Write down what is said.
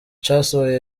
casohoye